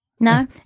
No